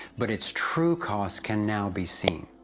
but its true cost can now be seen.